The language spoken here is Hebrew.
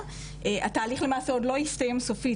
התהליך למעשה עוד לא הסתיים סופית,